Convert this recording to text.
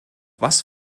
was